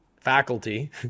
faculty